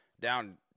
down